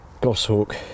Goshawk